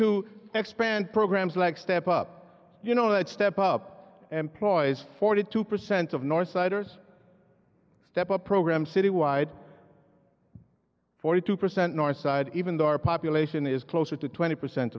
to expand programs like step up you know it step up employs forty two percent of north siders that the program citywide forty two percent northside even though our population is closer to twenty percent